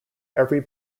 every